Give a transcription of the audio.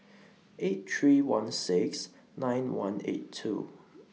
eight three one six nine one eight two